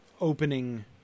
opening